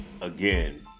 again